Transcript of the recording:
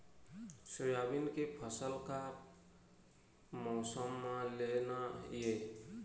Soybean के फसल का मौसम म लेना ये?